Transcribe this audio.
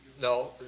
no,